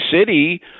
City